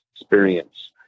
experience